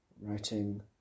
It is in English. Writing